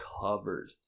covered